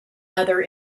other